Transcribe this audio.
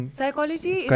Psychology